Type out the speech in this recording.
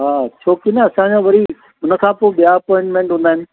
हा छोकी न असांजा वरी हुन खां पोइ ॿिया अपॉइंटमैंट हूंदा आहिनि